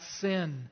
sin